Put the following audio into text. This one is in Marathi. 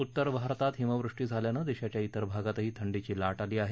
उत्तर भारतात हिमवृष्टी झाल्यानं देशाच्या ाजेर भागातही थंडीची लाट आली आहे